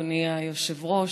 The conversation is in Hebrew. אדוני היושב-ראש.